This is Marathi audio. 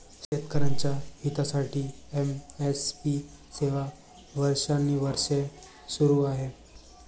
शेतकऱ्यांच्या हितासाठी एम.एस.पी सेवा वर्षानुवर्षे सुरू आहे